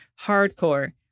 Hardcore